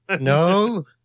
No